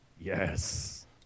Yes